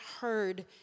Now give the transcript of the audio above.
heard